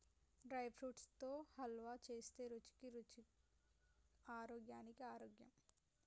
dry fruits తో హల్వా చేస్తే రుచికి రుచి ఆరోగ్యానికి ఆరోగ్యం